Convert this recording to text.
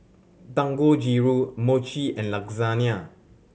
Dangojiru Mochi and Lasagna